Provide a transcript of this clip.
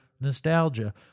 nostalgia